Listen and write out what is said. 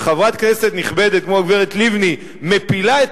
וחברת כנסת נכבדת כמו הגברת לבני מפילה את